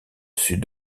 sud